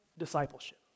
Discipleship